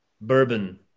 Bourbon